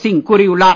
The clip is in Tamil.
சிங் கூறியுள்ளார்